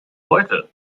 heute